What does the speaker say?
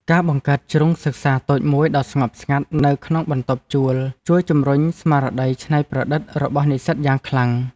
ការបង្កើតជ្រុងសិក្សាតូចមួយដ៏ស្ងប់ស្ងាត់នៅក្នុងបន្ទប់ជួលជួយជម្រុញស្មារតីច្នៃប្រឌិតរបស់និស្សិតយ៉ាងខ្លាំង។